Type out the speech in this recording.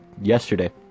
yesterday